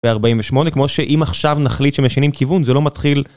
ב48, כמו שאם עכשיו נחליט שמשנים כיוון, זה לא מתחיל.